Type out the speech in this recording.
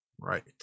right